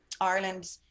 Ireland